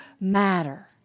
matter